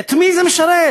את מי זה משרת?